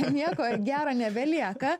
nieko gero nebelieka